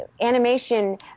Animation